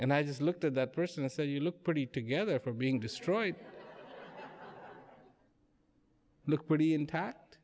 and i just looked at that person and say you look pretty together for being destroyed look pretty intact